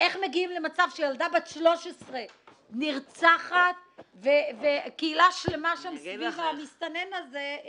איך מגיעים למצב שילדה בת 13 נרצחת וקהילה שלמה סביב המסתנן הזה.